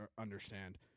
understand